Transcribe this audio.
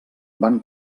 van